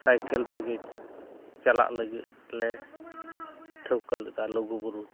cycle ᱛᱮᱜᱮ ᱪᱟᱞᱟᱜ ᱞᱟᱹᱜᱤᱫ ᱞᱮ ᱴᱷᱟᱹᱣᱠᱟᱹ ᱞᱮᱫᱟ ᱞᱩᱜᱩᱵᱩᱨᱩ